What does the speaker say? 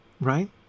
right